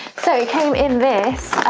so it came in this